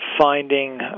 finding